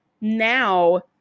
now